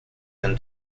than